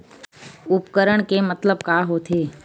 उपकरण के मतलब का होथे?